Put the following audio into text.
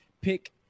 pick